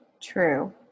True